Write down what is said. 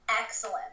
excellent